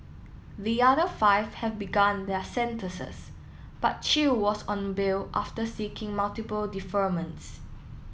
the other five have begun their sentences but Chew was on bail after seeking multiple deferments